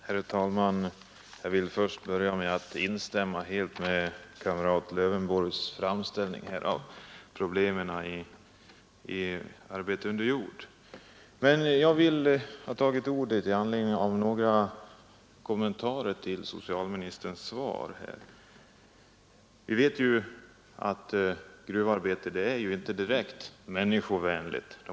Herr talman! Jag vill börja med att helt instämma i kamrat Lövenborgs framställning av problemen med arbete under jord. Jag har begärt ordet för att göra några kommentarer till socialministerns svar. Vi vet ju att gruvarbetet inte är direkt människovänligt.